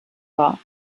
war